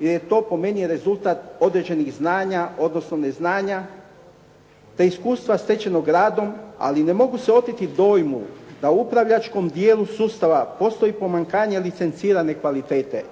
jer je to po meni rezultat određenih znanja odnosno neznanja te iskustava stečenog radom ali ne mogu se oteti dojmu da u upravljačkom dijelu sustavu postoji pomanjkanje licencirane kvalitete.